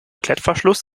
klettverschluss